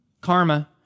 Karma